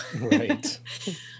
Right